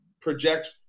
project